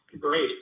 Great